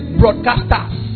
broadcasters